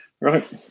Right